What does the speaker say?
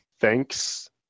thanks